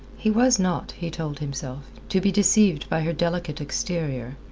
he was not, he told himself, to be deceived by her delicate exterior,